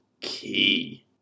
key